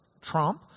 trump